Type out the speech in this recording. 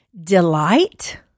Delight